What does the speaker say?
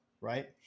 right